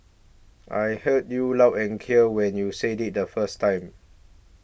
I heard you loud and clear when you said it the first time